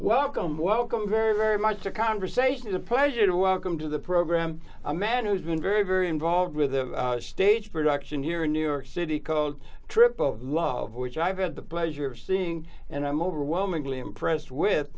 welcome welcome very very much a conversation is a pleasure to welcome to the program a man who's been very very involved with the stage production here in new york city called trip of love which i've had the pleasure of seeing and i'm overwhelmingly impressed with